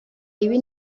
ibi